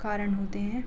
कारण होते हैं